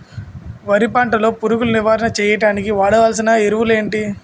వరి పంట లో పురుగు నివారణ చేయడానికి వాడాల్సిన ఎరువులు ఏంటి?